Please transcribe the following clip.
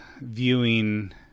viewing